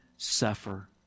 Suffer